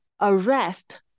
arrest